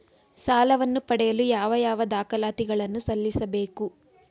ಸಾಲವನ್ನು ಪಡೆಯಲು ಯಾವ ಯಾವ ದಾಖಲಾತಿ ಗಳನ್ನು ಸಲ್ಲಿಸಬೇಕು?